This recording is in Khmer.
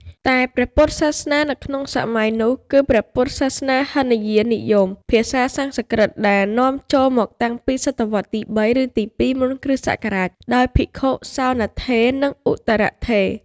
តែព្រះពុទ្ធសាសនានៅក្នុងសម័យនោះ គឺព្រះពុទ្ធសាសនាហីនយាននិយម ភាសាសំស្ក្រឹតដែលនាំចូលមកតាំងពីសតវត្សទី៣ ឬ ទី២ មុនគ.ស. ដោយភិក្ខុ សោណត្ថេរ និងឧត្តរត្ថេរ ។